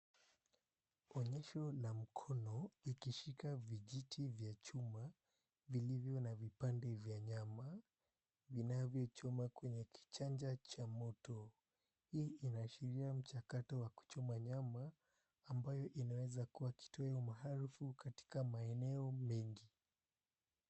Onyesho la mkono ikishika vijiti vya chuma vilivyo na vipande vya nyama vinavyochoma kwenye kichanja cha moto. Hii inaashiria mchakato wa kuchoma nyama ambayo inaweza kuwa kitoweo maarufu katika maeneo mengi.